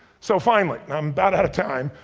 so finally, i'm about outta time,